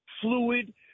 fluid